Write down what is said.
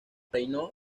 reinó